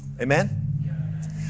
Amen